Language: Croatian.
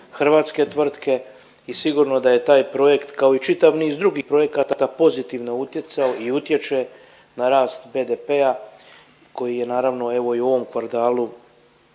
hrvatske tvrtke i sigurno da je taj projekt kao i čitav niz drugih projekata pozitivno utjecao i utječe na rast BDP-a koji je naravno evo i u ovom kvartalu